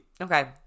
okay